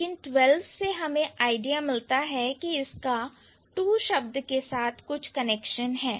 लेकिन twelve से हमें आइडिया मिलता है कि इसका two शब्द के साथ कुछ कनेक्शन है